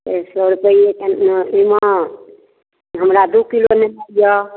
डेढ़ सए रुपैये कनि अइमे हमरा दू किलो लेनाइ यऽ